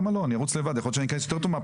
מה מטרתו של רף